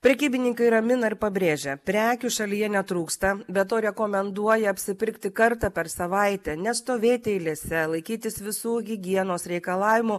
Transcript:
prekybininkai ramina ir pabrėžia prekių šalyje netrūksta be to rekomenduoja apsipirkti kartą per savaitę nestovėti eilėse laikytis visų higienos reikalavimų